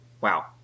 wow